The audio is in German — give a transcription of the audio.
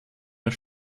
als